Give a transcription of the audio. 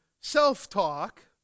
self-talk